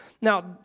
Now